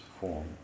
form